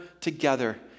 together